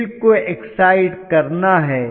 field को excite करना है